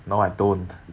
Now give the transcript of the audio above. no I don't